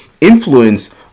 influence